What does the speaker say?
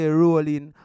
rolling